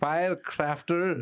Firecrafter